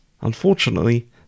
Unfortunately